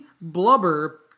Blubber